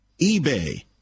eBay